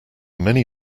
many